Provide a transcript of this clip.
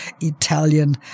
Italian